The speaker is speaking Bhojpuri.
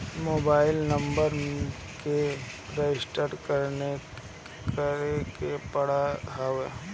मोबाइल नंबर के रजिस्टर करे के पड़त हवे